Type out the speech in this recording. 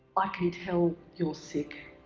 i can tell you're sick.